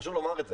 חשוב לומר את זה.